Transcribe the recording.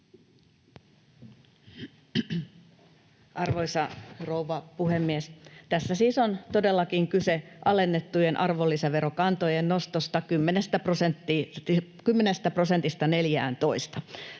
Arvoisa rouva puhemies! Tässä siis on todellakin kyse alennettujen arvonlisäverokantojen nostosta 10 prosentista